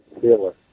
killer